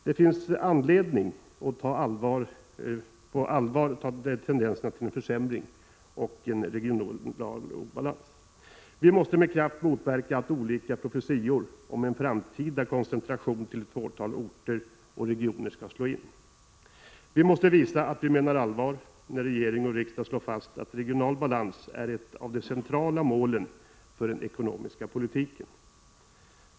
Det finns anledning ta på allvar tendenserna till en försämrad regional balans. Vi måste med kraft motverka att olika profetior om en framtida koncentration till ett fåtal orter och regioner skall slå in. Vi måste visa att vi menar allvar, när regering och riksdag slår fast att regional balans är ett av de centrala målen för den ekonomiska politiken.